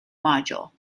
module